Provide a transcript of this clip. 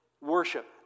worship